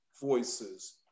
voices